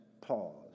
pause